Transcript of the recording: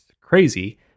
crazy